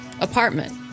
apartment